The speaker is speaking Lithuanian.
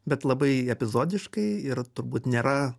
bet labai epizodiškai ir turbūt nėra